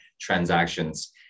transactions